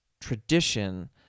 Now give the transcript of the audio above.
tradition